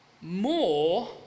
more